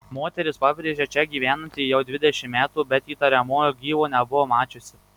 moteris pabrėžia čia gyvenanti jau dvidešimt metų bet įtariamojo gyvo nebuvo mačiusi